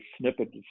snippet